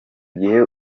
gihe